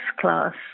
class